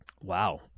Wow